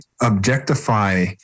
objectify